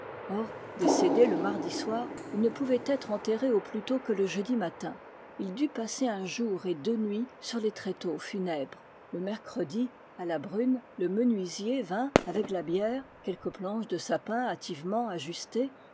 or décédé le mardi soir il ne pouvait être enterré au plus tôt que le jeudi matin il dut passer un jour et deux nuits sur les tréteaux funèbres le mercredi à la brune le menuisier vint avec la bière quelques planches de sapin hâtivement ajustées